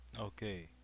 okay